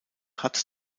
hat